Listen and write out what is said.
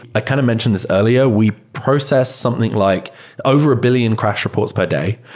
i kind of mention this earlier. we process something like over a billion crash reports per day.